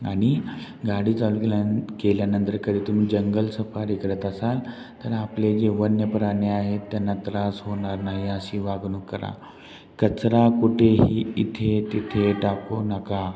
आणि गाडी चालू केल्या केल्यानंतर कधी तुम्ही जंगल सफारी करत असाल तर आपले जे वन्य प्राणी आहेत त्यांना त्रास होणार नाही अशी वागणूक करा कचरा कुठेही इथे तिथे टाकू नका